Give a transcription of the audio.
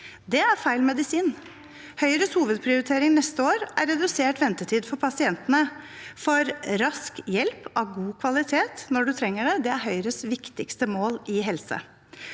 Det er feil medisin. Høyres hovedprioritering neste år er redusert ventetid for pasientene og rask hjelp av god kvalitet når du trenger det. Det er Høyres viktigste mål når det